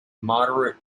moderate